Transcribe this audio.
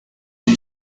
you